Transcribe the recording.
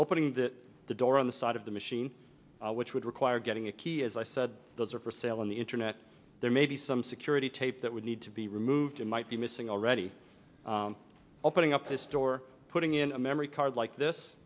opening the door on the side of the machine which would require getting a key as i said those are for sale on the internet there may be some security tape that would need to be removed and might be missing already opening up store putting in a memory card like this